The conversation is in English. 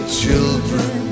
children